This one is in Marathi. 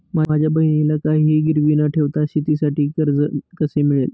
माझ्या बहिणीला काहिही गिरवी न ठेवता शेतीसाठी कर्ज कसे मिळेल?